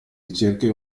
ricerche